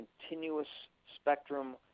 continuous-spectrum